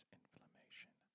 inflammation